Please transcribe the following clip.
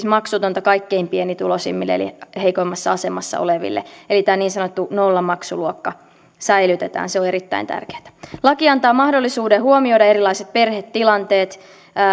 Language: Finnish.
maksutonta kaikkein pienituloisimmille eli heikoimmassa asemassa oleville eli tämä niin sanottu nollamaksuluokka säilytetään se on erittäin tärkeätä laki antaa mahdollisuuden huomioida erilaiset perhetilanteet